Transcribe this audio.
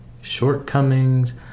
shortcomings